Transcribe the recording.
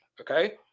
okay